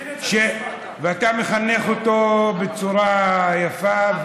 הוא הבין את, ואתה מחנך אותו בצורה יפה,